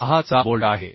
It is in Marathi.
6 चा बोल्ट आहे